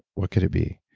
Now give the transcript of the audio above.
what could it be?